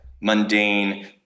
mundane